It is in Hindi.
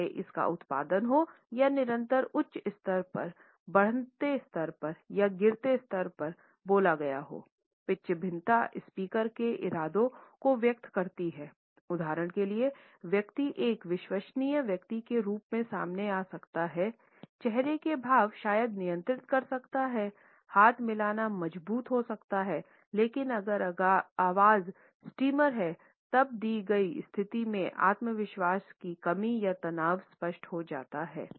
चाहे इसका उत्पादन हो या निरंतर उच्च स्तर पर बढ़ते स्तर या गिरते स्तर पर बोला गया हो पिच भिन्नता स्पीकर के इरादे को व्यक्त करती है उदाहरण के लिए व्यक्ति एक विश्वसनीय व्यक्ति के रूप में सामने आ सकता हैचेहरे के भाव शायद नियंत्रित कर सकते हैं हाथ मिलाना मजबूत हो सकता है लेकिन अगर आवाज़ स्ट्रीमर है तब दी गई स्थिति में आत्मविश्वास की कमी या तनाव स्पष्ट हो जाता है